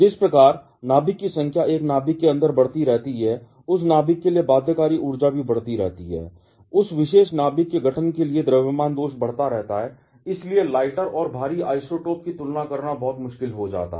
जिस प्रकार नाभिक की संख्या एक नाभिक के अंदर बढ़ती रहती है उस नाभिक के लिए बाध्यकारी ऊर्जा भी बढ़ती रहती है उस विशेष नाभिक के गठन के लिए द्रव्यमान दोष बढ़ता रहता है और इसलिए लाइटर और भारी आइसोटोप की तुलना करना बहुत मुश्किल हो जाता है